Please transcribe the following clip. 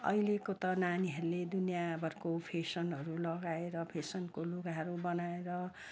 अहिलेको त नानीहरूले दुनियाभरिको फेसनहरू लगाएर फेसनको लुगाहरू बनाएर